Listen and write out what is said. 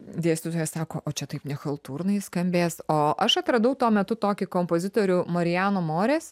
dėstytojas sako o čia taip nechaltūrnai skambės o aš atradau tuo metu tokį kompozitorių marijano morės